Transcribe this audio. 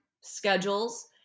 schedules